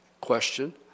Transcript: question